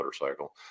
motorcycle